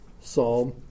psalm